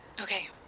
Okay